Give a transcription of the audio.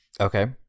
Okay